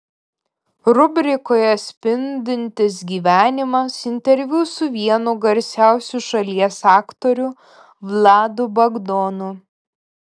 rubrikoje spindintis gyvenimas interviu su vienu garsiausių šalies aktorių vladu bagdonu